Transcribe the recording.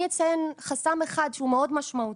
אני אציין חסם אחד שהוא מאוד משמעותי.